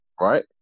Right